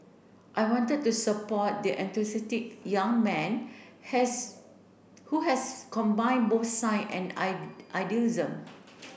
I wanted to support the enthusiastic young man has who has combined both science and I idealism